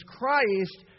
Christ